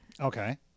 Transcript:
Okay